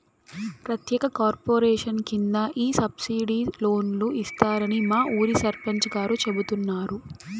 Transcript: ప్రత్యేక కార్పొరేషన్ కింద ఈ సబ్సిడైజ్డ్ లోన్లు ఇస్తారని మా ఊరి సర్పంచ్ గారు చెబుతున్నారు